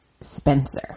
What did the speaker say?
Spencer